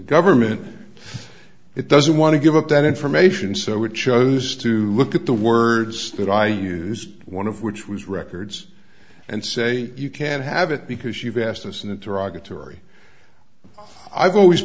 government it doesn't want to give up that information so it chose to look at the words that i used one of which was records and say you can't have it because you've asked us in a derogatory i've always